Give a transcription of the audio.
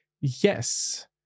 Yes